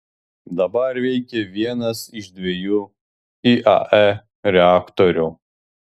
dabar veikia vienas iš dviejų iae reaktorių